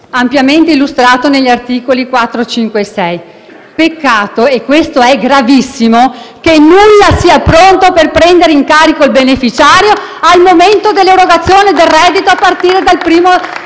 ampiamente illustrato negli articoli 4, 5 e 6. Peccato - e questo è gravissimo - che nulla sia pronto per prendere in carico il beneficiario al momento dell'erogazione del reddito a partire dal 1°